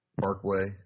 Parkway